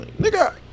Nigga